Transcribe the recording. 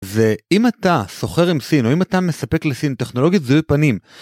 זה אם אתה סוחר עם סין או אם אתה מספק לסין טכנולוגית זהוי פנים.